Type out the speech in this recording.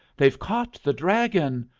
they've caught the dragon.